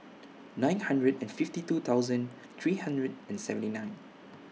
nine hundred and fifty two thousand three hundred and seventy nine